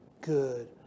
good